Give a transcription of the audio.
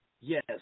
Yes